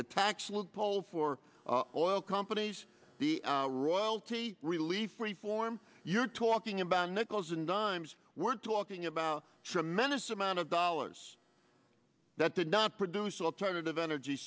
the tax loophole for oil companies the royalty relief reform you're talking about nickels and dimes we're talking about a tremendous amount of dollars that did not produce alternative energy